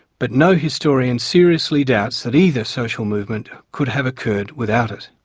but no historian seriously doubts that either social movement could have occurred without it.